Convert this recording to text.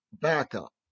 backup